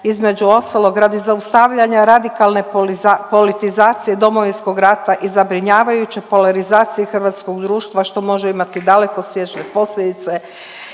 između ostalog radi zaustavljanja radikalne politizacije Domovinskog rata i zabrinjavajuće polarizacije hrvatskog društva što može imati dalekosežne posljedice